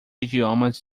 idiomas